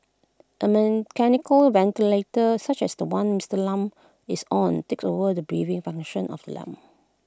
A mechanical ventilator such as The One Mister Lam is on takes over the breathing function of the lungs